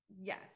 Yes